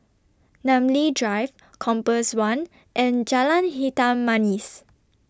Namly Drive Compass one and Jalan Hitam Manis